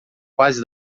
quase